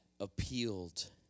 appealed